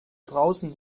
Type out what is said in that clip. draußen